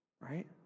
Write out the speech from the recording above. right